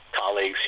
colleagues